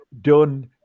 done